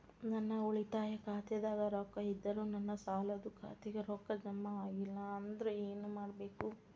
ನನ್ನ ಉಳಿತಾಯ ಖಾತಾದಾಗ ರೊಕ್ಕ ಇದ್ದರೂ ನನ್ನ ಸಾಲದು ಖಾತೆಕ್ಕ ರೊಕ್ಕ ಜಮ ಆಗ್ಲಿಲ್ಲ ಅಂದ್ರ ಏನು ಮಾಡಬೇಕು?